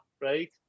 right